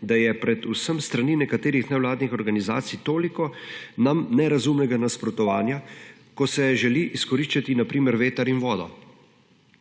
da je predvsem s strani nekaterih nevladnih organizacij toliko nam nerazumnega nasprotovanja, ko se želita izkoriščati, na primer, veter in vodo.